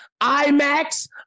IMAX